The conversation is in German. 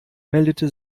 meldete